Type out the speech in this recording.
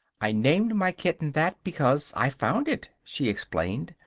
i named my kitten that because i found it, she explained.